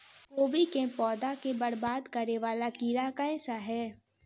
कोबी केँ पौधा केँ बरबाद करे वला कीड़ा केँ सा है?